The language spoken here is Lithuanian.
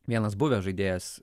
vienas buvęs žaidėjas